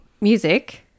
music